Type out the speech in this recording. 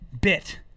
bit